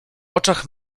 oczach